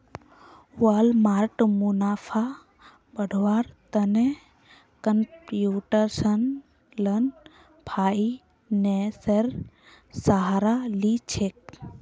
Walmart मुनाफा बढ़व्वार त न कंप्यूटेशनल फाइनेंसेर सहारा ली छेक